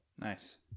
Nice